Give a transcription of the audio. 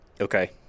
Okay